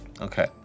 Okay